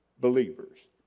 believers